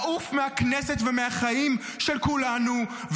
לעוף מהכנסת ומהחיים של כולנו,